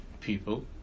people